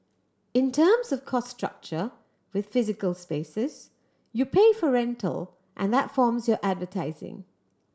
in terms of cost structure with physical spaces you pay for rental and that forms your advertising